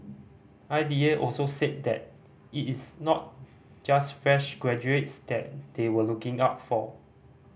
I D A also said that it is not just fresh graduates that they were looking out for